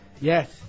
Yes